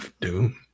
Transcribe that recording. Doom